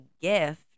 gift